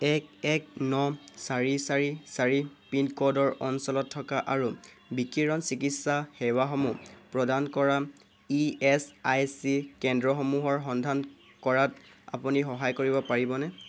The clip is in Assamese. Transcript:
এক এক ন চাৰি চাৰি চাৰি পিনক'ডৰ অঞ্চলত থকা আৰু বিকিৰণ চিকিৎসা সেৱাসমূহ প্ৰদান কৰা ইএচআইচি কেন্দ্ৰসমূহৰ সন্ধান কৰাত আপুনি সহায় কৰিব পাৰিবনে